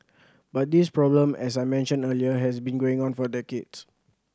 but this problem as I mentioned earlier has been going on for decades